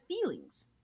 feelings